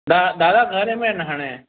न दादा घणे में आहिनि हाणे